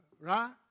right